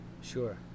Sure